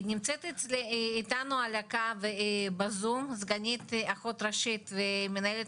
נמצאת איתנו על הקו ב־zoom סגנית אחות ראשית ומנהלת